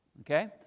okay